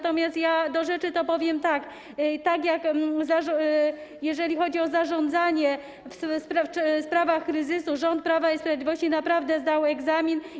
Skoro do rzeczy, to powiem tak: jeżeli chodzi o zarządzanie w sprawach kryzysu, rząd Prawa i Sprawiedliwości naprawdę zdał egzamin.